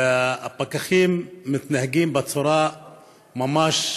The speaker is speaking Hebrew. הפקחים מתנהגים בצורה ממש,